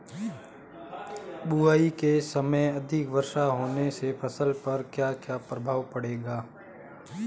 बुआई के समय अधिक वर्षा होने से फसल पर क्या क्या प्रभाव पड़ेगा?